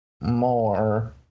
more